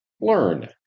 learn